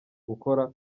gukora